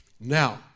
Now